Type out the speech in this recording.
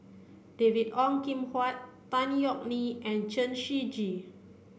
David Ong Kim Huat Tan Yeok Nee and Chen Shiji